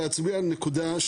המדינה,